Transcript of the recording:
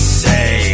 say